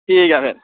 ठीक ऐ फिर